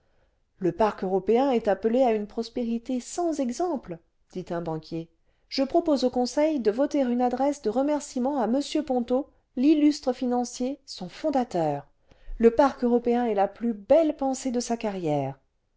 le parc européen est appelé à une prospérité sans exemple dit un banquier je propose au conseil de voter une adresse de remerciements à m ponto l'illustre financier son fondateur le parc européen est la plus belle pensée de sa carrière